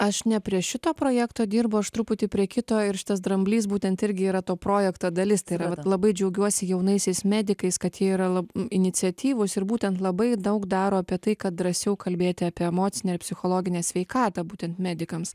aš ne prie šito projekto dirbu aš truputį prie kito ir šitas dramblys būtent irgi yra to projekto dalis tai yra vat labai džiaugiuosi jaunaisiais medikais kad jie yra lab i iniciatyvūs ir būtent labai daug daro apie tai kad drąsiau kalbėti apie emocinę ir psichologinę sveikatą būtent medikams